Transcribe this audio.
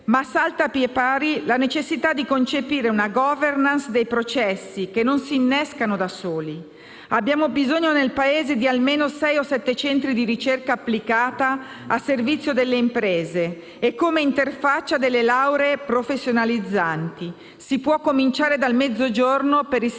ma salta a piè pari la necessità di concepire una *governance* dei processi, che non si innescano da soli. Abbiamo bisogno nel Paese di almeno sei o sette centri di ricerca applicata a servizio delle imprese e come interfaccia delle lauree professionalizzanti. Si può cominciare dal Mezzogiorno per istituirli.